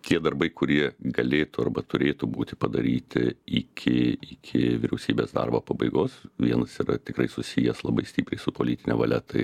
tie darbai kurie galėtų arba turėtų būti padaryti iki iki vyriausybės darbo pabaigos vienas yra tikrai susijęs labai stipriai su politine valia tai